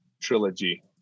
trilogy